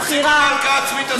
תפסיקו עם ההלקאה העצמית הזאת כבר.